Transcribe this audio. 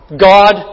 God